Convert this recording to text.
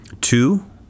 Two